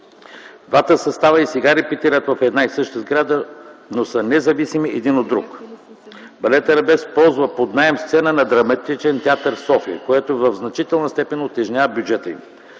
Двата състава и сега репетират в една и съща сграда, но са независими един от друг. Балет „Арабеск” ползва под наем сцена на Драматичен театър „София”, което в значителна степен утежнява бюджета им.